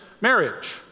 marriage